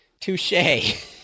Touche